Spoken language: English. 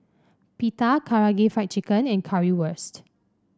Pita Karaage Fried Chicken and Currywurst